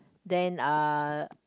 then uh